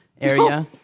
area